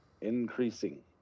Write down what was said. increasing